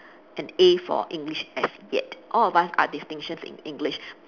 an A for English as yet all of us are distinctions in English